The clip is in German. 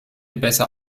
besser